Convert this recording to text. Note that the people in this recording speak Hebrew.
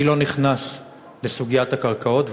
אני לא נכנס לסוגיית הקרקעות,